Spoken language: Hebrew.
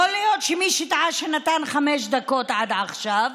יכול להיות שמישהו טעה שנתן חמש דקות עד עכשיו,